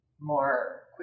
more